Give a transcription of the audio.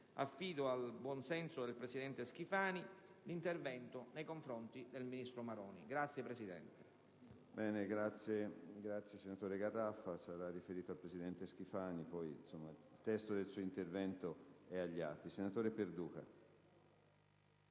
Affido al buon senso del presidente Schifani l'intervento nei confronti del ministro Maroni.